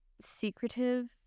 secretive